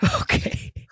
okay